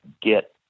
get